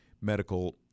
medical